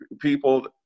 people